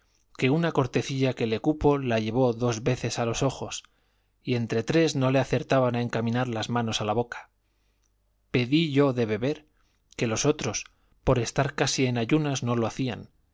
que una cortecilla que le cupo la llevó dos veces a los ojos y entre tres no le acertaban a encaminar las manos a la boca pedí yo de beber que los otros por estar casi en ayunas no lo hacían